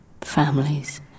families